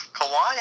Kawhi